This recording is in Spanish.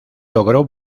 logró